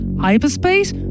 Hyperspace